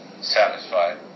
satisfied